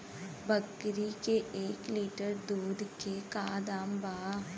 बकरी के एक लीटर दूध के का दाम बा?